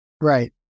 Right